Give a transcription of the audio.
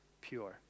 pure